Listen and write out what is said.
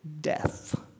death